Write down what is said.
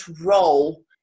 role